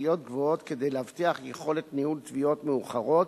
כספיות גבוהות כדי להבטיח יכולת ניהול תביעות מאוחרות